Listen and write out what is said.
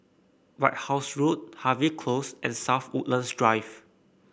White House Road Harvey Close and South Woodlands Drive